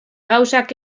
gauzak